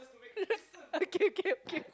yeah okay okay okay